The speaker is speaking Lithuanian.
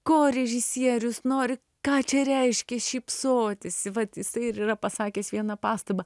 ko režisierius nori ką čia reiškia šypsotis vat jisai ir yra pasakęs vieną pastabą